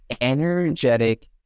energetic